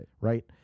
Right